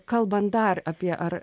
kalbant dar apie ar